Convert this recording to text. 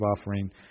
offering